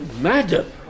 madam